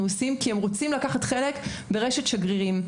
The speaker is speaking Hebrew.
עושים כי הם רוצים לקחת חלק ברשת שגרירים.